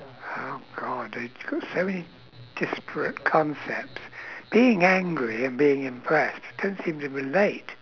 oh god they so many desperate concepts being angry and being impressed don't seem to relate